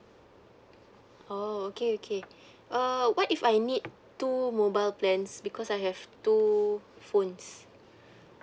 oh okay okay uh what if I need two mobile plans because I have two phones